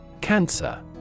Cancer